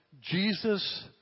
Jesus